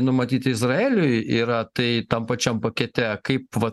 numatyti izraeliui yra tai tam pačiam pakete kaip va